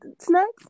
snacks